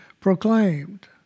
proclaimed